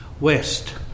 west